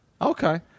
Okay